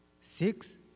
six